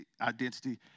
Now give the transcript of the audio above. identity